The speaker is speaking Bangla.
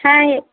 হ্যাঁ